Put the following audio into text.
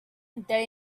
they